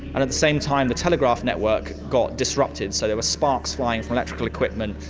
and at the same time the telegraph network got disrupted, so there were sparks flying from electrical equipment,